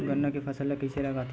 गन्ना के फसल ल कइसे लगाथे?